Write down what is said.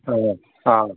ꯑꯥ ꯑꯥ